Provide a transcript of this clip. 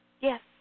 Yes